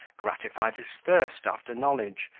gratified his thirst after knowledge,